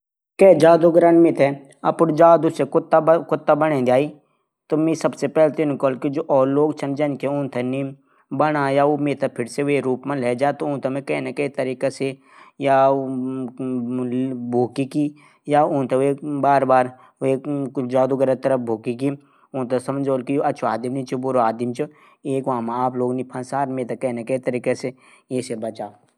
अगर मिन लौटरी जीत याली त मिन सबसे पैली गरीबों थै भोजन कराण फिर अपडि मा थे घुमाणू लि जाण। और अपकू एक स्कूटी खरीदण।